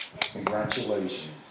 Congratulations